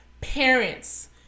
parents